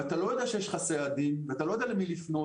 ואתה לא יודע שיש לך סעדים ואתה לא יודע למי לפנות,